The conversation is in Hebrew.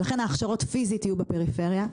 ולכן ההכשרות פיזית יהיו בפריפריה.